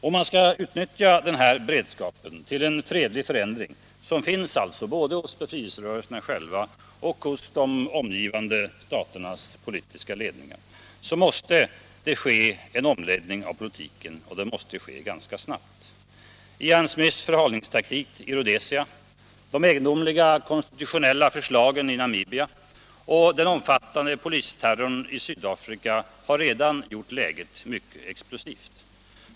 Om man till fredliga förändringar skall utnyttja denna beredskap, som finns både hos befrielserörelserna själva och hos de omgivande staternas politiska ledningar, måste det ske en omläggning av politiken ganska snabbt. Smiths förhalningstaktik i Rhodesia, de egendomliga konstitutionella förslagen i Namibia och den omfattande polisterrorn i Sydafrika har redan gjort läget mycket explosivt.